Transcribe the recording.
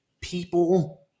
people